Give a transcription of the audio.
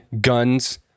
guns